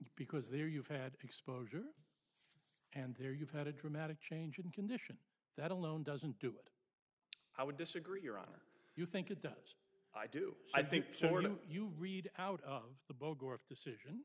because there you've had exposure and there you've had a dramatic change in condition that alone doesn't do it i would disagree your honor you think it does i do i think so when you read out of the bogor of decision